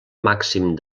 màxim